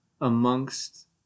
amongst